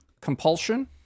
compulsion